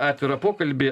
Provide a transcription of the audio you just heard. atvirą pokalbį